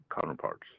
counterparts